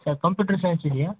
sir computer science ಇದೆಯಾ